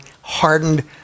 hardened